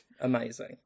Amazing